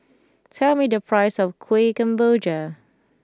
tell me the price of Kueh Kemboja